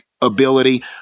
ability